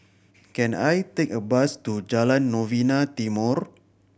can I take a bus to Jalan Novena Timor